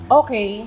okay